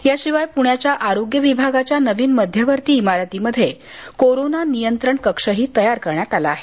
याशिवाय पुण्याच्या आरोग्य विभागाच्या नवीन मध्यवर्ती इमारतीमध्ये करोना नियंत्रण कक्ष तयार करण्यात आला आहे